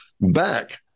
back